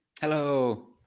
Hello